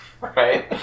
Right